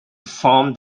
form